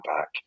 back